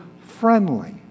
friendly